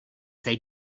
they